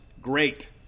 Great